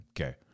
okay